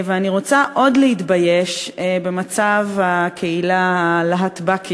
אני רוצה עוד להתבייש במצב הקהילה הלהט"בית